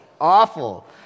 awful